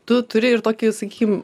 tu turi ir tokį sakykim